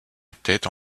étaient